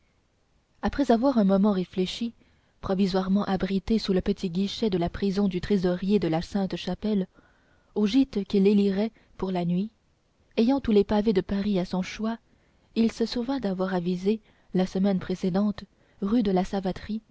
après avoir un moment réfléchi provisoirement abrité sous le petit guichet de la prison du trésorier de la sainte-chapelle au gîte qu'il élirait pour la nuit ayant tous les pavés de paris à son choix il se souvint d'avoir avisé la semaine précédente rue de la savaterie